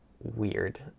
weird